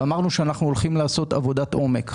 אמרנו שאנחנו הולכים לעשות עבודת עומק.